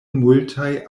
multaj